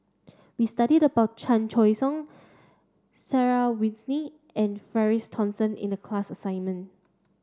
we studied about Chan Choy Siong Sarah Winstedt and Francis Thomas in the class assignment